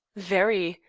very.